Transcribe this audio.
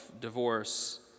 divorce